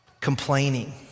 complaining